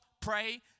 pray